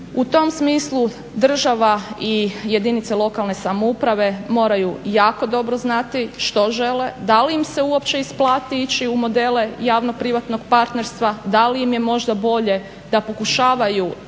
U tom smislu država i jedinice lokalne samouprave moraju jako dobro znati što žele. Da li im se uopće isplati ići u modele javno-privatnog partnerstva? Da li im je možda bolje da pokušavaju